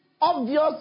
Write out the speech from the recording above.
obvious